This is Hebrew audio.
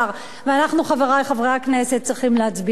אנחנו, חברי חברי הכנסת, צריכים להצביע נגד.